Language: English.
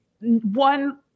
one